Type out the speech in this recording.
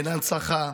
אין הנצחה.